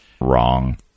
wrong